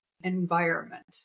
environment